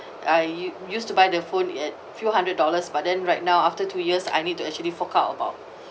I used to buy the phone a few hundred dollars but then right now after two years I need to actually fork out about